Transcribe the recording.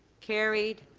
carried.